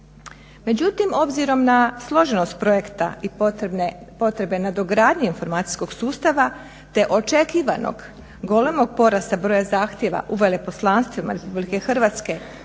Međutim, obzirom na složenost projekta i potrebe nadogradnje informacijskog sustava te očekivanog golemog porasta broja zahtjeva u veleposlanstvima RH u Ruskoj